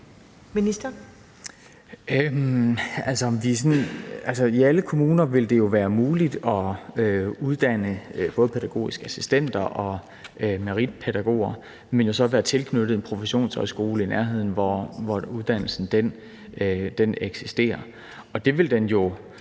Petersen): Det vil jo være muligt at uddanne både pædagogiske assistenter og meritpædagoger i alle kommuner, men det vil så være tilknyttet en professionshøjskole i nærheden, hvor uddannelsen eksisterer. Det vil den jo